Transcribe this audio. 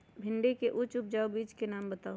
भिंडी के उच्च उपजाऊ बीज के नाम बताऊ?